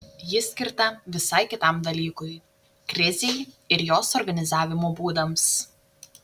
ji skirta visai kitam dalykui krizei ir jos organizavimo būdams